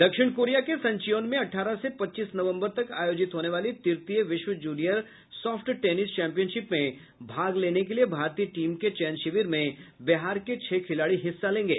दक्षिण कोरिया के सनचियोन में अठारह से पच्चीस नवंबर तक आयोजित होने वाली तृतीय विश्व जूनियर सॉफ्ट टेनिस चैंपियनशिप में भाग लेने के लिए भारतीय टीम के चयन शिविर में बिहार के छह खिलाड़ी हिस्सा लेंगे